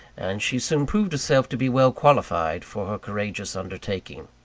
and she soon proved herself to be well qualified for her courageous undertaking.